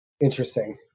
Interesting